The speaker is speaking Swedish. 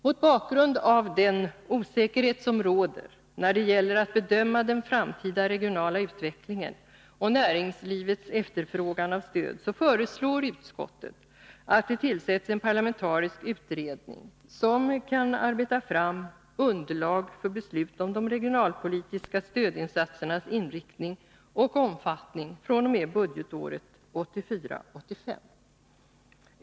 Mot bakgrund av den osäkerhet som råder när det gäller att bedöma den framtida regionala utvecklingen och näringslivets efterfrågan av stöd föreslår utskottet att det tillsätts en parlamentarisk utredning, som kan arbeta fram underlag för beslut om de regionalpolitiska stödinsatsernas inriktning och omfattning fr.o.m. budgetåret 1984/85.